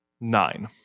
nine